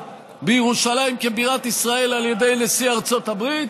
בירושלים כבירת ישראל על ידי נשיא ארצות הברית